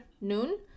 noon